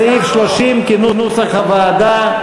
סעיף 30 כנוסח הוועדה.